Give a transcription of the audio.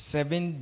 Seven